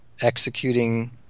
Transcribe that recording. executing